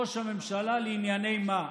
ראש הממשלה לענייני מה?